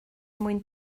mwyn